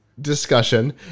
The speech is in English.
discussion